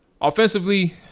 Offensively